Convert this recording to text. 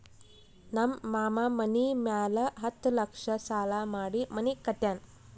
ನಮ್ ಮಾಮಾ ಮನಿ ಮ್ಯಾಲ ಹತ್ತ್ ಲಕ್ಷ ಸಾಲಾ ಮಾಡಿ ಮನಿ ಕಟ್ಯಾನ್